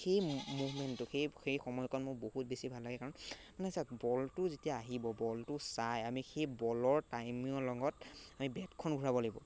সেই মুভমেণ্টটো সেই সেই সময়কণ মোৰ বহুত বেছি ভাল লাগে কাৰণ মানে চাওক বলটো যেতিয়া আহিব বলটো চাই আমি সেই বলৰ টাইমিঙৰ লগত আমি বেটখন ঘূৰাব লাগিব